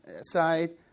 side